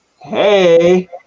Hey